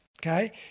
okay